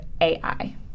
AI